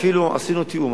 אפילו עשינו תיאום.